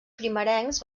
primerencs